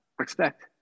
expect